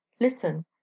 Listen